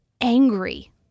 angry